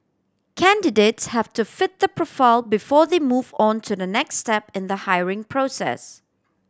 candidates have to fit the profile before they move on to the next step in the hiring process